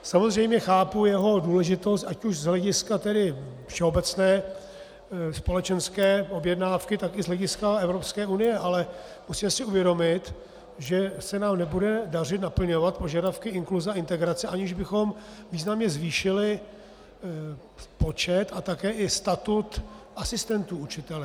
Samozřejmě chápu jeho důležitost ať už z hlediska všeobecné společenské objednávky, tak i z hlediska Evropské unie, ale musíme si uvědomit, že se nám nebude dařit naplňovat požadavky inkluze a integrace, aniž bychom významně zvýšili počet a také i statut asistentů učitele.